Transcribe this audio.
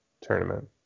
tournament